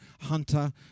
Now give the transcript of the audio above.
Hunter